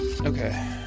Okay